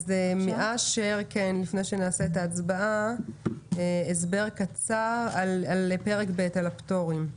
אשר, לפני ההצבעה הסבר קצר על פרק ב', על הפטורים.